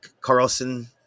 Carlson